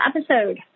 episode